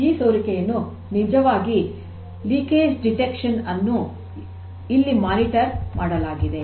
ಆದ್ದರಿಂದ ಈ ಸೋರಿಕೆಯನ್ನು ನಿಜವಾಗಿ ಸೋರಿಕೆಯ ಪತ್ತೆಯನ್ನು ಇಲ್ಲಿ ಮೇಲ್ವಿಚಾರಣೆ ಮಾಡಲಾಗಿದೆ